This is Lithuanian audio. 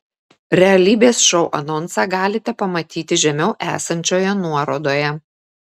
realybės šou anonsą galite pamatyti žemiau esančioje nuorodoje